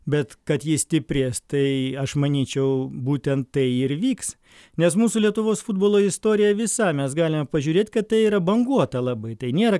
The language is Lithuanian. bet kad jis stiprės tai aš manyčiau būtent tai ir vyks nes mūsų lietuvos futbolo istorija visa mes galime pažiūrėt kad tai yra banguota labai tai nėra